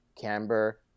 camber